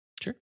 sure